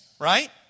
right